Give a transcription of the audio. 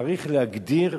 צריך להגדיר